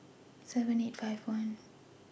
seven eight five one